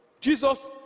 Jesus